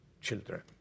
children